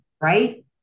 right